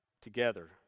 together